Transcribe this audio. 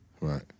Right